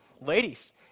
ladies